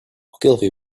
ogilvy